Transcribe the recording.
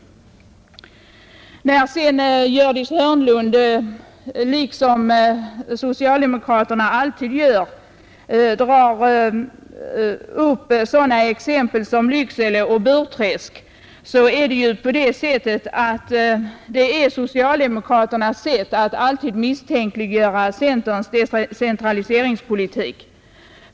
Gördis Hörnlund drog som socialdemokraterna alltid gör upp sådana exempel som Lycksele och Burträsk. Det är socialdemokraternas sätt att alltid misstänkliggöra centerns decentraliseringspolitik.